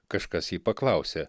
kažkas jį paklausė